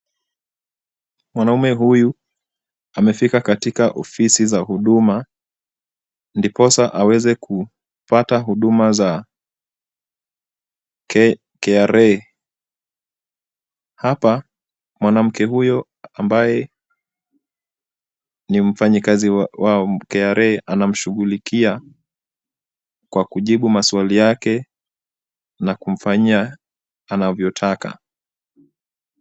Mwanaume huyu amefika katika ofisi za huduma ndiposa aweze kupata huduma za KRA, hapa mwanamke huyo ambaye ni mfanyikazi wa KRA anamshughulikia kwa kujibu maswali yake na kumfanyia anavyotaka.